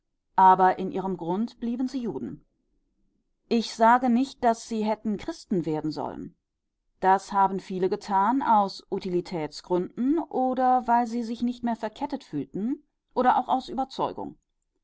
aber in ihrem grund blieben sie juden ich sage nicht daß sie hätten christen werden sollen das haben viele getan aus utilitätsgründen oder weil sie sich nicht mehr verkettet fühlten oder auch aus überzeugung